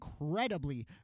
incredibly